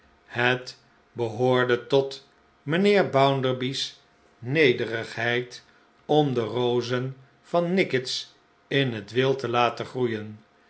het behoorde tot mijnheer bounderby's nederigheid om de rozen van nickits in het wild te laten groeien